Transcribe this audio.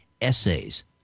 essays